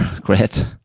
Great